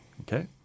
Okay